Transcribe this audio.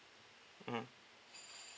mm